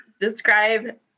describe